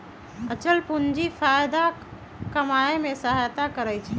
आंचल पूंजी फयदा कमाय में सहयता करइ छै